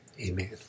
Amen